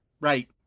right